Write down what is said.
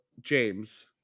James